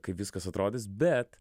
kaip viskas atrodys bet